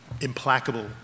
implacable